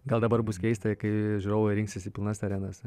gal dabar bus keista kai žiūrovai rinksis į pilnas arenas